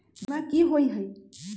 बीमा की होअ हई?